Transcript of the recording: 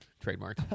trademark